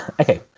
Okay